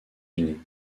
unis